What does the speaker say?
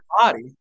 body